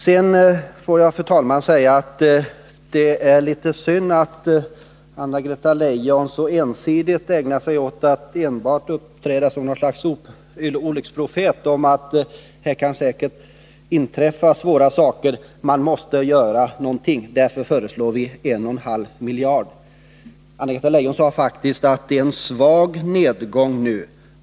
Sedan vill jag, fru talman, säga att det är litet synd att Anna-Greta Leijon så ensidigt ägnar sig åt att uppträda som något slags olycksprofet. Hon säger att det säkert kan inträffa svåra saker här, att man måste göra någonting och att socialdemokraterna därför föreslår 1,5 miljarder för åtgärder. Hon säger faktiskt också att det nu är en svag nedgång.